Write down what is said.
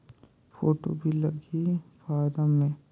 Photo भी लगी फारम मे?